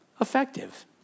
effective